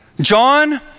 John